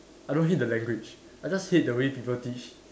I don't hate the language I just hate the way people teach